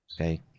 Okay